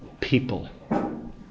People